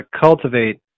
cultivate